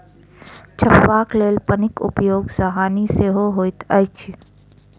झपबाक लेल पन्नीक उपयोग सॅ हानि सेहो होइत अछि